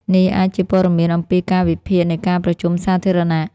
នេះអាចជាព័ត៌មានអំពីកាលវិភាគនៃការប្រជុំសាធារណៈ។